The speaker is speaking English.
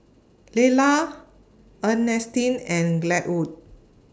Laylah Earnestine and Glenwood